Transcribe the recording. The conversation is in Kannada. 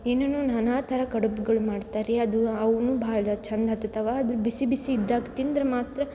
ಏನೇನು ನಾನಾ ಥರ ಕಡುಬ್ಗಳು ಮಾಡ್ತಾರ ರೀ ಅದು ಅವುನು ಭಾಳಅದ ಚಂದ ಹತತ್ತವ ಅದು ಬಿಸಿ ಇದ್ದಾಗ ತಿಂದರೆ ಮಾತ್ರ